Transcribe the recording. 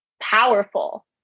powerful